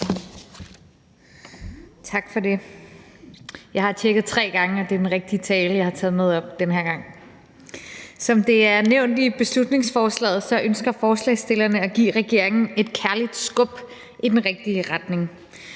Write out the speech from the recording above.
Tak for det. Jeg har tjekket tre gange, om det er den rigtige tale, jeg har taget med op den her gang. Som det er nævnt i beslutningsforslaget, ønsker forslagsstillerne at give regeringen et kærligt skub i den rigtige retning.